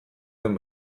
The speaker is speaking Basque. den